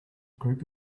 group